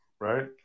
right